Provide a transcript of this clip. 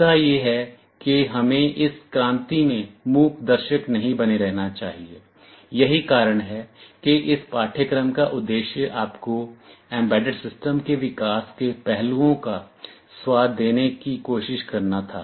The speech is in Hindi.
मुद्दा यह है कि हमें इस क्रांति में मूक दर्शक नहीं बने रहना चाहिए यही कारण है कि इस पाठ्यक्रम का उद्देश्य आपको एम्बेडेड सिस्टम के विकास के पहलुओं का स्वाद देने की कोशिश करना था